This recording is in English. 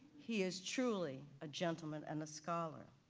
he is truly a gentleman and a scholar.